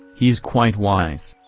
he's quite wise.